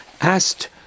asked